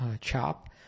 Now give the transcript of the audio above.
chop